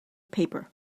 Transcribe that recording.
paper